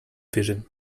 vision